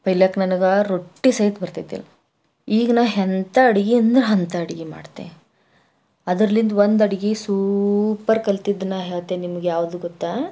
ಪೆಹ್ಲಕ್ಕೆ ನನಗೆ ರೊಟ್ಟಿ ಸೈತ ಬರ್ತಿದ್ದಿಲ್ಲ ಈಗ ನಾ ಎಂಥಾ ಅಡುಗೆ ಅಂದರೆ ಅಂತ ಅಡುಗೆ ಮಾಡ್ತೆ ಅದ್ರಲ್ಲಿಂದ ಒಂದು ಅಡುಗೆ ಸೂಪರ್ ಕಲ್ತಿದ್ದು ನಾ ಹೇಳ್ತೆ ನಿಮಗೆ ಯಾವುದು ಗೊತ್ತಾ